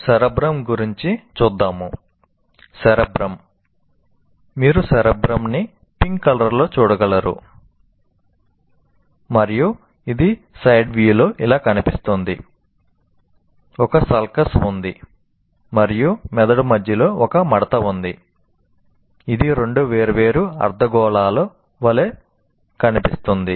cerebrum ఉంది మరియు మెదడు మధ్యలో ఒక మడత ఉంది ఇది రెండు వేర్వేరు అర్ధగోళాల వలె కనిపిస్తుంది